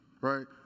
right